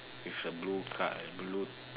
with a blue colour blue